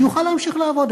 שיוכל להמשיך לעבוד.